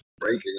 breaking